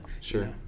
sure